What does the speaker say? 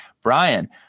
Brian